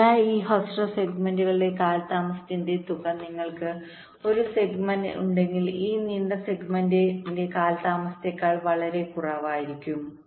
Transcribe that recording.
അതിനാൽ ഈ ഹ്രസ്വ സെഗ്മെന്റുകളുടെ കാലതാമസത്തിന്റെ തുക നിങ്ങൾക്ക് ഒരു സെഗ്മെന്റ് ഉണ്ടെങ്കിൽ ഈ നീണ്ട സെഗ്മെന്റിന്റെ കാലതാമസത്തേക്കാൾ വളരെ കുറവായിരിക്കും